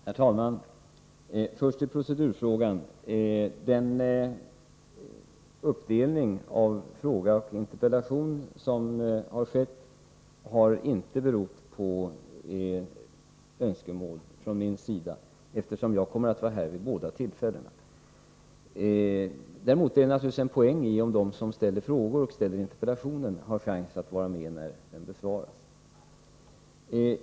Herr talman! Först beträffande procedurfrågan: Den uppdelning i frågeoch interpellationsdebatt som har skett har inte berott på önskemål från min sida, eftersom jag kommer att vara här vid båda tillfällena. Däremot är det naturligtvis en fördel om de som ställer frågor resp. interpellationer har en chans att vara med när dessa besvaras.